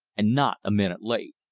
and not a minute late.